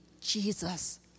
Jesus